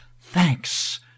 thanks